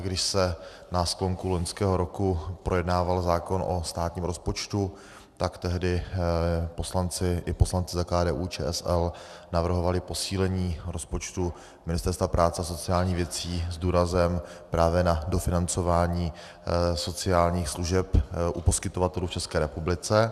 Když se na sklonku loňského roku projednával zákon o státním rozpočtu, tak tehdy poslanci, i poslanci za KDUČSL, navrhovali posílení rozpočtu Ministerstva práce a sociálních věcí s důrazem právě na dofinancování sociálních služeb u poskytovatelů v České republice.